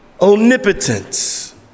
Omnipotence